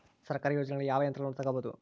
ಸರ್ಕಾರಿ ಯೋಜನೆಗಳಲ್ಲಿ ಯಾವ ಯಂತ್ರಗಳನ್ನ ತಗಬಹುದು?